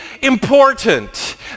important